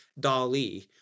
DALI